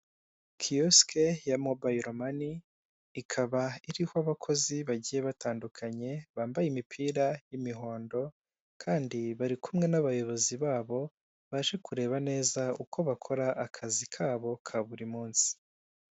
Kiyosike ya Mobayilo mani, ikaba iriho abakozi bagiye batandukanye, bambaye imipira y'imihondo kandi bari kumwe n'abayobozi babo, baje kureba neza uko bakora akazi kabo ka buri munsi.